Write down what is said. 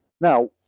Now